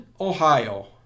Ohio